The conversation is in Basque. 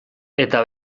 eta